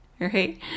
right